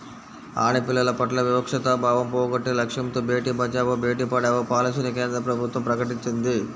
ఆడపిల్లల పట్ల వివక్షతా భావం పోగొట్టే లక్ష్యంతో బేటీ బచావో, బేటీ పడావో పాలసీని కేంద్ర ప్రభుత్వం ప్రకటించింది